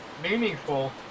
meaningful